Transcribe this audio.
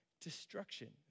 destruction